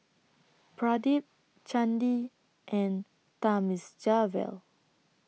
Pradip Chandi and Thamizhavel